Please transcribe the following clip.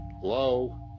Hello